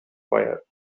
fire